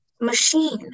machine